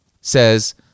says